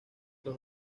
los